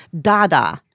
Dada